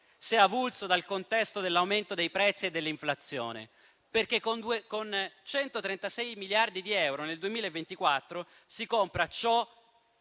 se è avulso dal contesto dell'aumento dei prezzi e dell'inflazione. Infatti, con 136 miliardi di euro nel 2024 si compra ciò